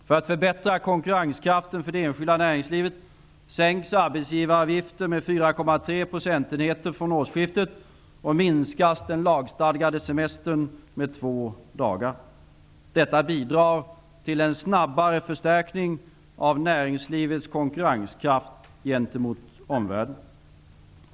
För att förbättra konkurrenskraften för det enskilda näringslivet sänks arbetsgivaravgifter med 4,3 procentenheter från årsskiftet och minskas den lagstadgade semestern med två dagar. Detta bidrar till en snabbare förstärkning av näringslivets konkurrenskraft gentemot omvärlden.